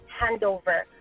handover